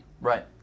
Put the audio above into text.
right